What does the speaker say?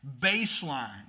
baseline